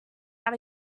out